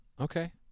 Okay